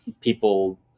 people